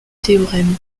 théorème